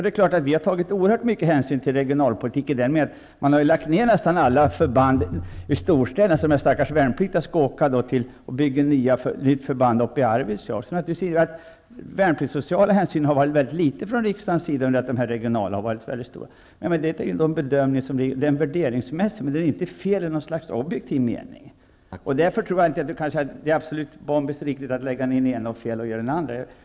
Det är klart att vi har tagit oerhört mycket hänsyn till regionalpolitik i den meningen att man har lagt ned nästan alla förband i storstäderna och bygger nya förband t.ex. uppe i Arvidsjaur dit de stackars värnpliktiga får åka. Det har tagits väldigt litet värnpliktssociala hänsyn från riksdagens sida under det att man tagit stor hänsyn till regionala skäl. Detta är en värderingsmässig bedömning, men den är inte felaktig i någon objektiv mening. Därför tror jag inte att vi kan säga att det bombsäkert är riktigt att lägga ned den ena flottiljen och fel att lägga ned den andra.